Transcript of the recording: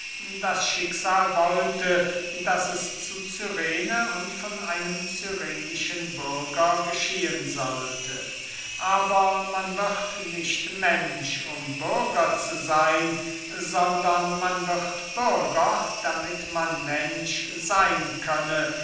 das schicksal wollte daß es zu cyrene und von einem cyrenischen bürger geschehen sollte aber man wird nicht mensch um bürger zu seyn sondern man wird bürger damit man mensch seyn könne